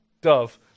Dove